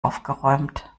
aufgeräumt